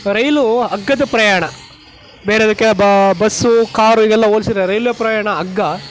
ರೈಲು ಅಗ್ಗದ ಪ್ರಯಾಣ ಬೇರೆದಕ್ಕೆ ಬಸ್ಸು ಕಾರು ಇವೆಲ್ಲ ಹೋಲಿಸಿದರೆ ರೈಲ್ವೆ ಪ್ರಯಾಣ ಅಗ್ಗ